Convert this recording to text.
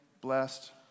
blessed